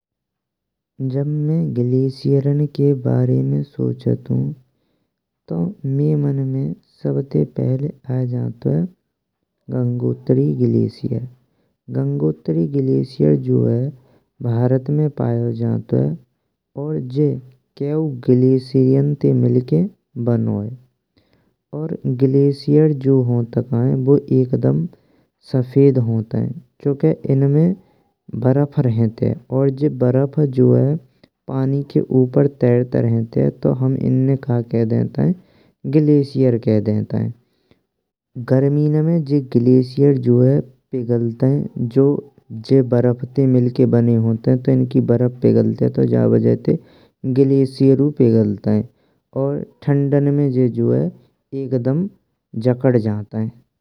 जब में ग्लेशियरन के बारे में सोचन्तु तो मये मन में सबते पहिले आए जंतुय गंगोत्री ग्लेशियर। गंगोत्री ग्लेशियर जो है भारत में पायो जंतुय और जे केउ ग्लेशियरन ते मिलके बन्नोए। और ग्लेशियर जो होंत काये बुएक दम सफेद होन्त्ये चूंके इनमे बर्फ रहन्त्ये और जी बर्फ जो है पानी के उप्पर तेरत रहेन्त्ये। तो हम इन्हे कहा केह दाइन्तियें ग्लेशियर केह दाइन्तियें गर्मिन में जे ग्लेशियर जो है पिगलतायें जो जी बर्फ ते मिलकेन बने होन्त्ये तो इनकी बर्फ पिगलतये। तो ज वजाह ते ग्लेशियरु पिगलतेन और ठंडन में जो है एक दम जक्कड़ जान्तेय।